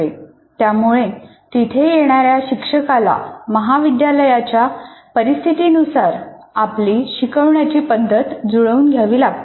त्यामुळे तिथे येणाऱ्या शिक्षकाला महाविद्यालयाच्या परिस्थितीनुसार आपली शिकवण्याची पद्धत जुळवून घ्यावी लागते